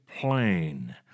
plain